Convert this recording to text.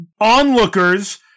onlookers